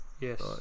Yes